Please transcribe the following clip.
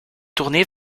tournés